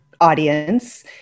audience